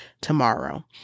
tomorrow